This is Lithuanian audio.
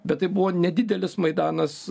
bet tai buvo nedidelis maidanas